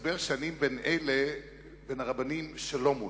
מסתבר שאני בין הרבנים שלא מונו.